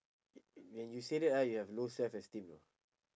when you say that ah you have low self esteem you know